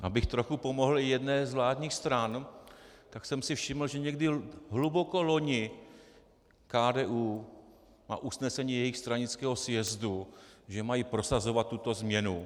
A abych trochu pomohl i jedné z vládních stran, tak jsem si všiml, že někdy hluboko loni KDU, usnesení jejich stranického sjezdu, že mají prosazovat tuto změnu.